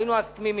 היינו אז תמימים,